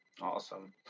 Awesome